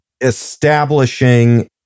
establishing